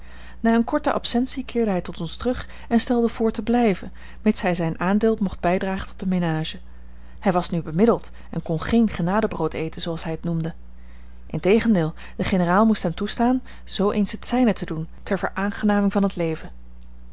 na eene korte absentie keerde hij tot ons terug en stelde voor te blijven mits hij zijn aandeel mocht bijdragen tot de menage hij was nu bemiddeld en kon geen genadebrood eten zooals hij het noemde integendeel de generaal moest hem toestaan zoo eens het zijne te doen ter veraangenaming van het leven